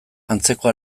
antzeko